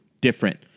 different